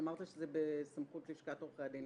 אמרת שזה בסמכות לשכת עורכי הדין.